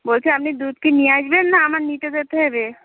বলছি আমনি দুধ কি নিয়ে আসবেন না আমার নিতে যেতে হবে